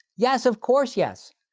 yes, of course, yes.